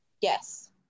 Yes